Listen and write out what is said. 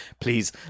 please